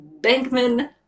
bankman